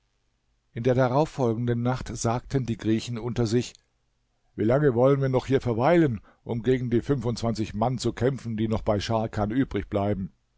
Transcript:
in der darauffolgenden nacht sagten die griechen unter sich wie lange wollen wir noch hier verweilen um gegen die fünfundzwanzig mann zu kämpfen die noch bei scharkan